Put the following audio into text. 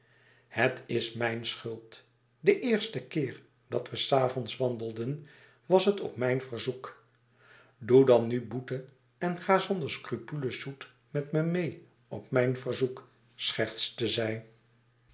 het is mijn schuld den eersten keer dat we s avonds wandelden was het op mijn verzoek doe dan nu boete en ga zonder scrupules zoet met me meê op mijn verzoek schertste zij